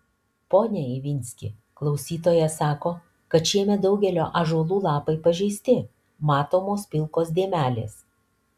pone ivinski klausytojas sako kad šiemet daugelio ąžuolų lapai pažeisti matomos pilkos dėmelės